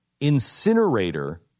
incinerator